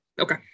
Okay